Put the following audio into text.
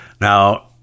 Now